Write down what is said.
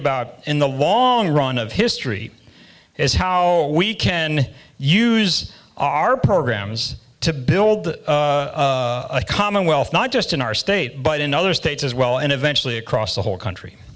about in the long run of history is how we can use our programs to build a commonwealth not just in our state but in other states as well and eventually across the whole country